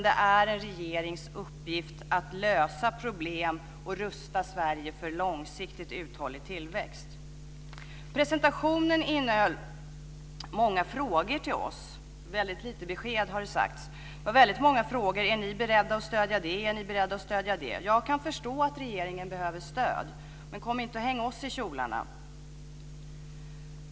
Det är en regerings uppgift att lösa problem och rusta Sverige för en långsiktigt uthållig tillväxt. Presentationen innehöll många frågor till oss och väldigt lite besked, har det sagts. Det var väldigt många frågor om vi är beredda att stödja det ena och det andra. Jag kan förstå att regeringen behöver stöd, men kom inte och häng oss i kjolarna!